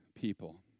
people